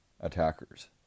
attackers